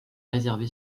réservé